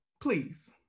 please